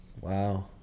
Wow